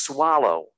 Swallow